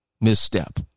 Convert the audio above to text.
misstep